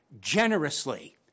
generously